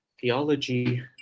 theology